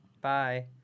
Bye